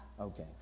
Okay